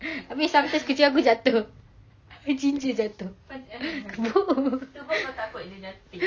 abeh sometimes kucing aku jatuh abeh ginger jatuh